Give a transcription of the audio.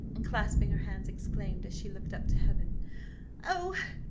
and clasping her hands, exclaimed, as she looked up to heaven oh,